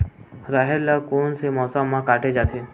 राहेर ल कोन से मौसम म काटे जाथे?